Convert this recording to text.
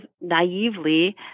naively